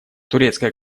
турецкая